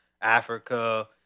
Africa